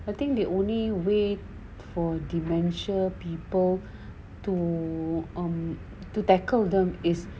I think the only way for dementia people to on to tackle them is